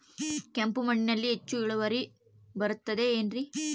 ಕೆಂಪು ಮಣ್ಣಲ್ಲಿ ಹೆಚ್ಚು ಇಳುವರಿ ಬರುತ್ತದೆ ಏನ್ರಿ?